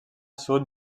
sud